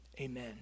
Amen